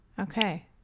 Okay